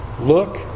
look